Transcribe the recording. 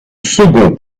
second